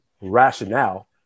rationale